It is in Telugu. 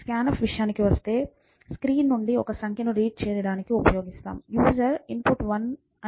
scanf విషయానికి వస్తే ఇది స్క్రీన్ నుండి ఒక సంఖ్యను రీడ్ చేయబోతోంది యూసర్ ఇన్పుట్ 1 అని అనుకుందాం